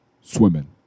swimming